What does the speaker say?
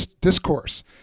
discourse